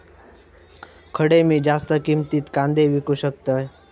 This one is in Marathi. खडे मी जास्त किमतीत कांदे विकू शकतय?